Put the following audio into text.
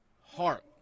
heart